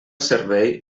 servei